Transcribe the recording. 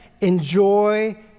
enjoy